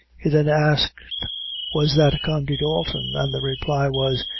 he then asked was that condy dalton, and the reply was,